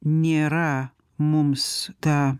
nėra mums ta